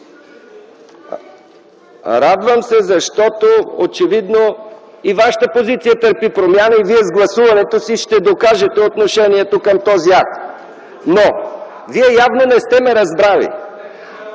Радвам се, защото очевидно и вашата позиция търпи промяна, и Вие с гласуването си ще докажете отношението към този акт, но Вие явно не сте ме разбрали.